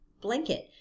blanket